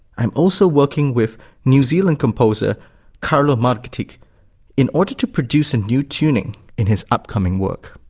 i am also working with new zealand composer karlo margetic in order to produce a new tuning in his upcoming work.